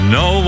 no